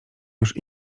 już